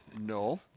No